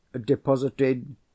Deposited